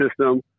system